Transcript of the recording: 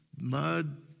mud